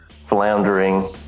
floundering